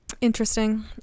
interesting